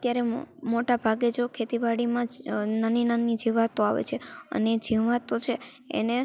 અત્યારે મોટાભાગે જો ખેતીવાડીમાં જ નાની નાની જીવાતો આવે છે અને જે જીવાતો છે એને